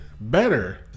Better